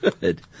Good